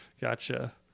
gotcha